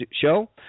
Show